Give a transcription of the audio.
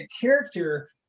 character